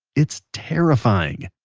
it's terrifying.